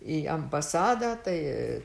į ambasadą tai